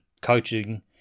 coaching